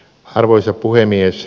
arvoisa puhemies